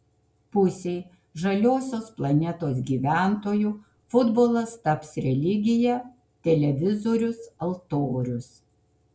pusei žaliosios planetos gyventojų futbolas taps religija televizorius altorius